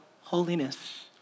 holiness